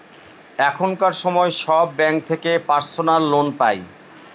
এখনকার সময় সব ব্যাঙ্ক থেকে পার্সোনাল লোন পাই